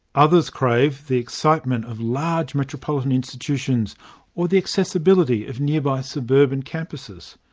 others crave the excitement of large metropolitan institutions or the accessibility of nearby suburban campuses.